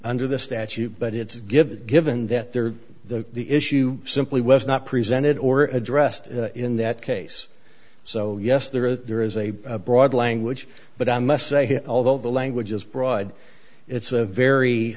under the statute but it's given given that there the the issue simply was not presented or addressed in that case so yes there is a broad language but i must say here although the language is broad it's a very